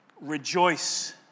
rejoice